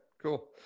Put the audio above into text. Cool